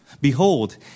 Behold